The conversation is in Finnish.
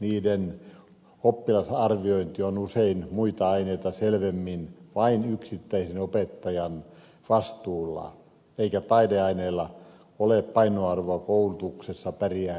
niiden oppilasarviointi on usein muita aineita selvemmin vain yksittäisen opettajan vastuulla eikä taideaineilla ole painoarvoa koulutuksessa pärjäämisessä